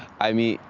i mean,